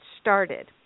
started